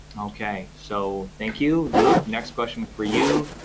okay so thank you. luke, next question for you.